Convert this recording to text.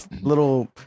little